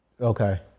Okay